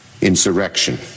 Insurrection